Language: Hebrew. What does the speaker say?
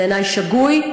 בעיני שגוי,